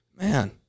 Man